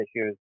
issues